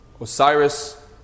Osiris